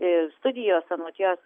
studijos anot jos